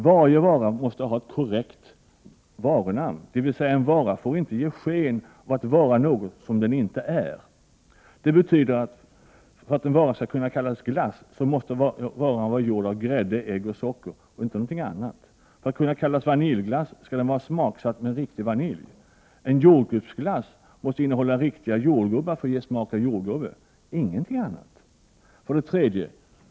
Varje vara måste ha ett korrekt varunamn — dvs. en vara får inte ge sken av att vara något som den inte är. Det betyder att för att en vara skall få kallas glass, måste varan vara gjord på grädde, ägg och socker och inget annat. För att den skall kunna kallas vaniljglass skall den vara smaksatt med riktig vanilj. En jordgubbsglass måste innehålla riktiga jordgubbar för att ge smak av jordgubbe — inget annat. 3.